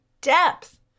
depth